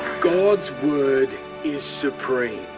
god's word is supreme,